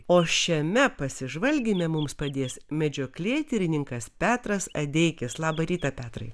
o šiame pasižvalgyme mums padės medžioklėtyrininkas petras adeikis labą rytą petrai